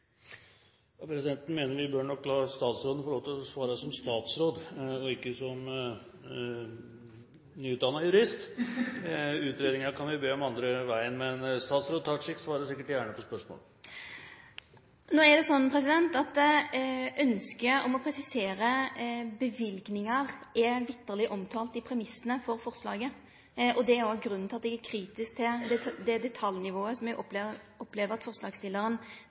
Presidenten mener at vi bør la statsråden få lov til å svare som statsråd – ikke som nyutdannet jurist. Utredninger kan vi be om andre veien. Men statsråd Tajik svarer sikkert gjerne på spørsmålet. Ønsket om å presisere løyvingar er vitterleg omtalt i premissane for forslaget. Det er òg grunnen til at eg er kritisk til det detaljnivået eg opplever at forslagsstillaren legg forslaget på. Når det